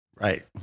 right